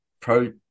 Pro